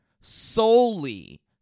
solely